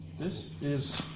this is.